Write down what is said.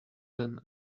than